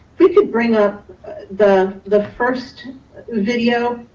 we could bring up the the first video,